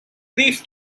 brief